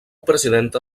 presidenta